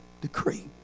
decree